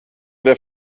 der